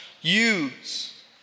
use